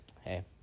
hey